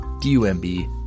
d-u-m-b